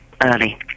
early